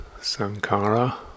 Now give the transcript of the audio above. sankara